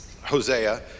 Hosea